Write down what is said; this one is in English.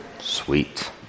Sweet